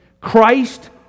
Christ